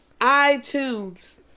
iTunes